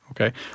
Okay